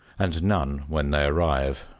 and none when they arrive.